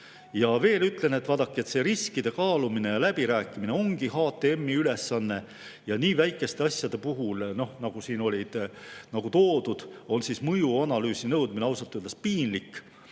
Ja veel ütlen, et vaadake, see riskide kaalumine ja läbirääkimine ongi HTM-i ülesanne ja nii väikeste [sammude] puhul, nagu siin on toodud, on mõjuanalüüsi nõudmine ausalt öeldes piinlik.